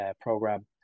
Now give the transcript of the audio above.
program